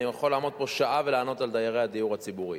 אני יכול לעמוד פה שעה ולענות על דיירי הדיור הציבורי.